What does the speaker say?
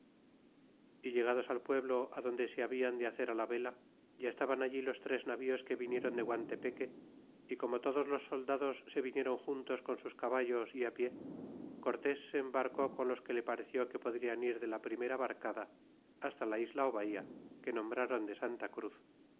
y llegados al puerto á donde se hablan de hacer á la vela ya estaban allí los tres navíos que viniéron de guantepeque y como todos los soldados se viniéron juntos con sus caballos y á pie cortés se embarcó con los que le pareció que podrian ir de la primera barrada hasta la isla ó bahía que nombraron de santacruz